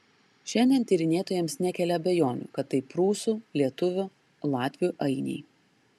šiandien tyrinėtojams nekelia abejonių kad tai prūsų lietuvių latvių ainiai